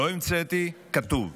אני רוצה לדבר בנתונים.